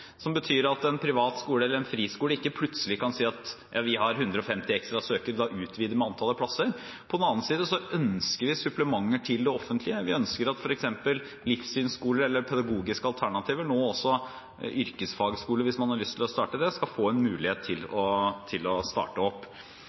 som betyr at en privat skole eller friskole ikke plutselig kan si at de har 150 ekstra søkere, og da utvider de antallet plasser. På den annen side ønsker vi supplementer til det offentlige. Vi ønsker at f.eks. livssynsskoler eller pedagogiske alternativer og nå også yrkesfagskoler, hvis man har lyst til å starte det, skal få en mulighet til å starte opp.